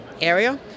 area